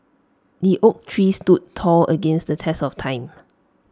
the oak tree stood tall against the test of time